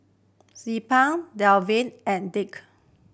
Zilpah Davian and Dirk